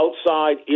outside